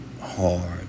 hard